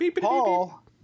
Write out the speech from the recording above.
Paul